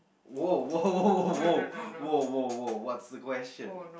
!woah! !woah! !woah! !woah! !woah! !woah! !woah! what's the question